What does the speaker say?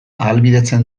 ahalbidetzen